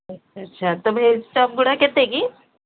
ଆଚ୍ଛା ଆଚ୍ଛା ତେବେ ଭେଜ୍ ଚପ୍ ଗୁଡ଼ା କେତେ କି